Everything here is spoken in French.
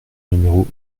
numéro